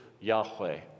Yahweh